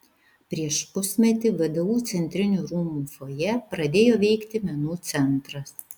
prieš pusmetį vdu centrinių rūmų fojė pradėjo veikti menų centras